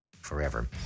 forever